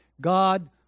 God